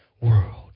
world